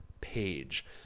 page